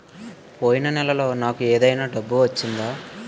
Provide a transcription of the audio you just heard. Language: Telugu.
పోయిన నెలలో నాకు ఏదైనా డబ్బు వచ్చిందా?